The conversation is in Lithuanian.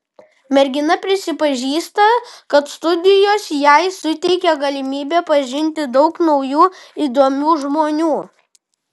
mergina prisipažįsta kad studijos jai suteikė galimybę pažinti daug naujų įdomių žmonių